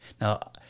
Now